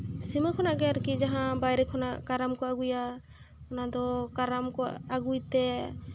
ᱥᱤᱢᱟᱹ ᱠᱷᱚᱱᱟᱜ ᱜᱮ ᱟᱨᱠᱤ ᱡᱟᱦᱟᱸ ᱵᱟᱭᱨᱮ ᱠᱷᱚᱱᱟᱜ ᱠᱟᱨᱟᱢ ᱠᱚ ᱟᱹᱜᱩᱭᱟ ᱚᱱᱟ ᱫᱚ ᱠᱟᱨᱟᱢ ᱠᱚ ᱟᱹᱜᱩᱭ ᱛᱮ